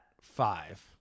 Five